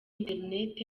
internet